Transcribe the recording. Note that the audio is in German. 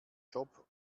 job